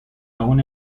aún